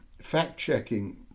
fact-checking